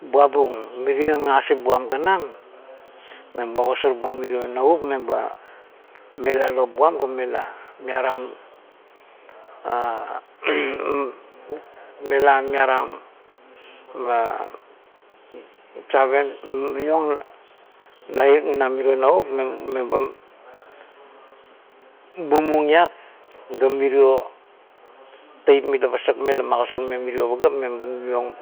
Buabum mirie ngangasip buam ganam, meba ogasarbuong mirio navup meba mela lop buam ga ba mela miarong "um" mela miarang "hesitation" save maiong na mirio navup meba bumung iat ga mirio teip mila pasak meng la magosarmeng mirio pagap meba mimiong